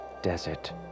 desert